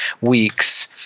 weeks